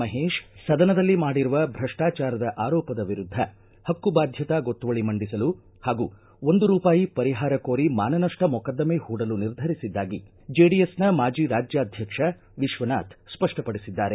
ಮಹೇತ ಸದನದಲ್ಲಿ ಮಾಡಿರುವ ಭ್ರಷ್ಟಾಚಾರದ ಆರೋಪದ ವಿರುದ್ದ ಹಕ್ಕು ಬಾಧ್ಯತಾ ಗೊತ್ತುವಳಿ ಮಂಡಿಸಲು ಹಾಗೂ ಒಂದು ರೂಪಾಯಿ ಪರಿಹಾರ ಕೋರಿ ಮಾನ ನಷ್ಟ ಮೊಕದ್ದಮೆ ಹೂಡಲು ನಿರ್ಧರಿಸಿದ್ದಾಗಿ ಜೆಡಿಎಸ್ನ ಮಾಜಿ ರಾಜ್ಯಾಧ್ಯಕ್ಷ ವಿಶ್ವನಾಥ ಸ್ಪಷ್ಟಪಡಿಸಿದ್ದಾರೆ